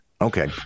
Okay